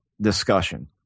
discussion